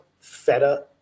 feta